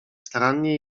starannie